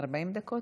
40 דקות?